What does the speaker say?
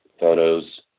photos